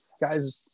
guys